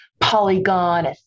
Polygon